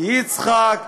יצחק,